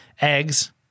eggs